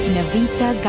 Navita